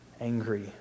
angry